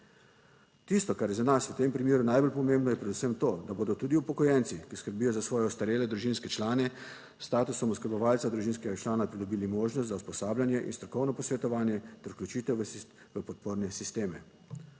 Tisto, kar je za nas v tem primeru najbolj pomembno, je predvsem to, da bodo tudi upokojenci, ki skrbijo za svoje ostarele družinske člane s statusom oskrbovalca družinskega člana pridobili možnost za usposabljanje in strokovno posvetovanje ter vključitev v podporne sisteme.